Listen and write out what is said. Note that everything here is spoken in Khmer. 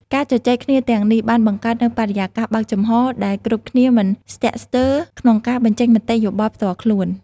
ការជជែកគ្នាទាំងនេះបានបង្កើតនូវបរិយាកាសបើកចំហរ ដែលគ្រប់គ្នាមិនស្ទាក់ស្ទើរក្នុងការបញ្ចេញមតិយោបល់ផ្ទាល់ខ្លួន។